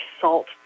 salt